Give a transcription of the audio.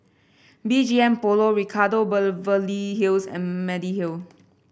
B G M Polo Ricardo Beverly Hills and Mediheal